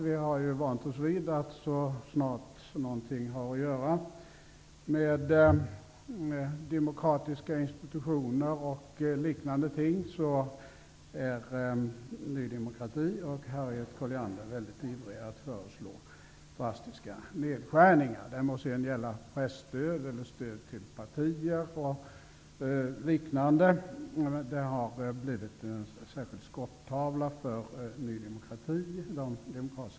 Vi har vant oss vid att så snart som någonting har med demokratiska institutioner och liknande att göra är Ny demokrati och Harriet Colliander väldigt ivriga när det gäller att föreslå drastiska nedskärningar. Det må sedan gälla presstöd, partistöd och liknande. Demokratiska institutioner över huvud taget har blivit en särskild skottavla för Ny demokrati.